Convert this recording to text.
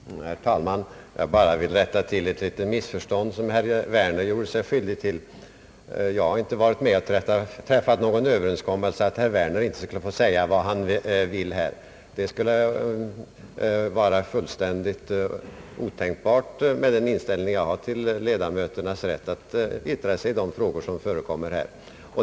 Herr talman! Jag vill bara rätta till ett litet missförstånd som herr Werner gjorde sig skyldig till. Jag har inte varit med om att träffa en överenskommelse om att herr Werner inte skulle få säga vad han vill här. Det skulle vara fullständigt otänkbart med den inställning jag har till ledamöternas rätt att yttra sig i de frågor som förekommer.